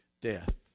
death